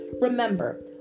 Remember